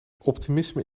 optimisme